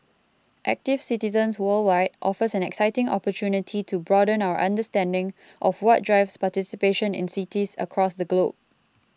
active citizens worldwide offers an exciting opportunity to broaden our understanding of what drives participation in cities across the globe